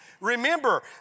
Remember